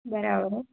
બરાબર